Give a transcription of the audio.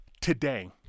Today